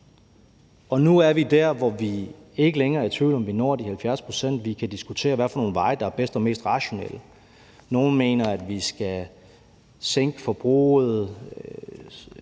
nu er vi der, hvor vi ikke længere er i tvivl om, om vi når de 70 pct. Vi kan diskutere, hvad for nogle veje der er bedst og mest rationelle. Nogle mener, at vi skal sænke forbruget,